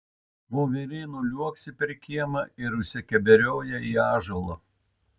voverė nuliuoksi per kiemą ir užsikeberioja į ąžuolą